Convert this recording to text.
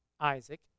Isaac